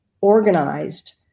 organized